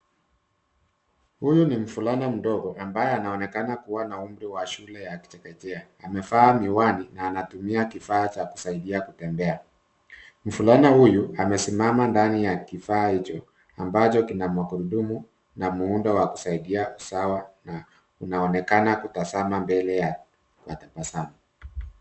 Huyu ni mvulana mdogo ambaye anaonekana kuwa na umri wa shule ya chekechea. Amevaa miwani na anatumia kifaa cha kusaidia kutembea. Mvulana huyu amesimama ndani ya kifaa hicho ambacho kina magurudumu na muundo wa kusaidia usawa na anaonekana kutazama mbele yake kwa tabasamu.